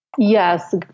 Yes